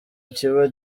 kiba